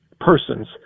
persons